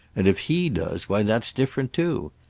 and if he does, why that's different too.